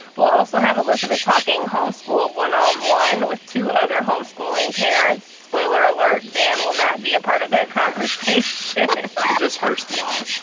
we'll also have elizabeth talking homeschool one on um one with two other homeschooling parents. spoiler alert, dan will not be a part of that conversation. it just hurts the vibe.